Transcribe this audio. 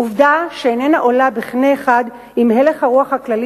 עובדה שאיננה עולה בקנה אחד עם הלך הרוח הכללי